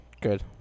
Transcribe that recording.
good